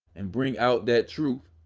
and bring out that truth,